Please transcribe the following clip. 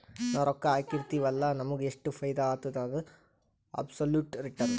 ನಾವ್ ರೊಕ್ಕಾ ಹಾಕಿರ್ತಿವ್ ಅಲ್ಲ ನಮುಗ್ ಎಷ್ಟ ಫೈದಾ ಆತ್ತುದ ಅದು ಅಬ್ಸೊಲುಟ್ ರಿಟರ್ನ್